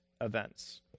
events